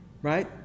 right